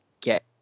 get